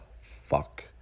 fuck